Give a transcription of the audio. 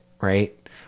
right